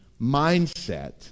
mindset